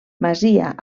masia